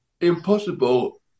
impossible